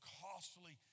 costly